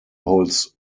holds